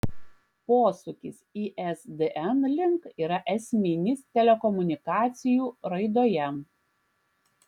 posūkis isdn link yra esminis telekomunikacijų raidoje